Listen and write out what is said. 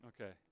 Okay